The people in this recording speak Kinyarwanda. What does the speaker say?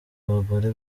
abagore